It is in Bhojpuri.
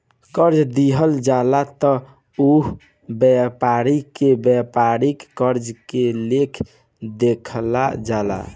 कर्जा दिहल जाला त ओह व्यापारी के व्यापारिक कर्जा के लेखा देखल जाला